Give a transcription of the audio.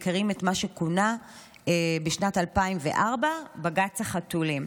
מכירים את מה שכונה בשנת 2004 "בג"ץ החתולים".